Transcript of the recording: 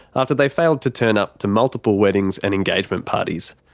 after they failed to turn up to multiple weddings and engagement parties.